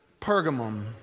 pergamum